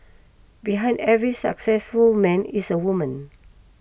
behind every successful man is a woman